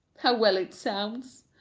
how well it sounds.